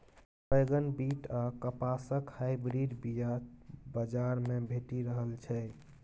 बैगन, बीट आ कपासक हाइब्रिड बीया बजार मे भेटि रहल छै